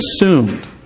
assumed